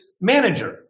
manager